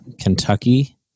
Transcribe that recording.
Kentucky